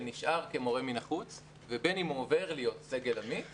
נשאר כמורה מן החוץ ובין אם הוא עובר להיות סגל עמית